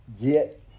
get